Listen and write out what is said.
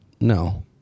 No